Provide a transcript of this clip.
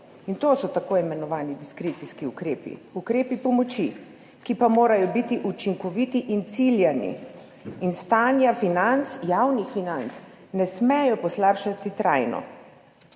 in to so tako imenovani diskrecijski ukrepi, ukrepi pomoči, ki pa morajo biti učinkoviti in ciljani in stanja javnih financ ne smejo trajno